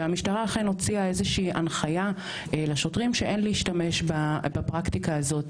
והמשטרה אכן הוציאה איזושהי הנחייה לשוטרים שאין להשתמש בפרקטיקה הזאת,